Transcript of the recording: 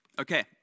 Okay